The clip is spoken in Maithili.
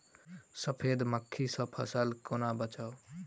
सफेद मक्खी सँ फसल केना बचाऊ?